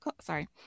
sorry